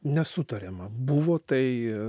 nesutariama buvo tai